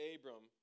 Abram